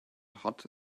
hot